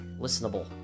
listenable